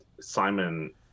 Simon